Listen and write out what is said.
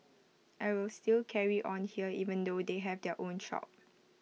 I will still carry on here even though they have their own shop